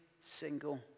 single